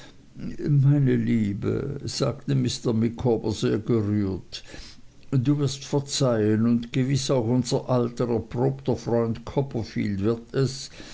meine liebe sagte mr micawber sehr gerührt du wirst verzeihen und gewiß auch unser alter erprobter freund copperfield wird es